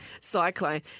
cyclone